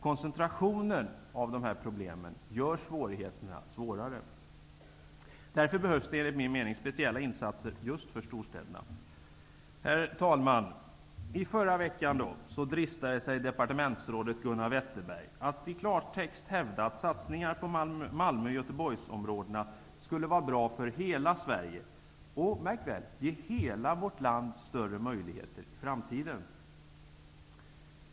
Koncentrationen av problemen gör svårigheterna större. Därför behövs det enligt min mening speciella insatser just för storstäderna. Herr talman! I förra veckan dristade sig departementsrådet Gunnar Wetterberg att i klartext hävda att satsningar på Malmö och Göteborgsområdena skulle vara bra för hela Sverige och, märk väl, ge hela vårt land större möjligheter i framtiden.